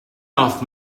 off